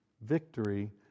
victory